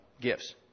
gifts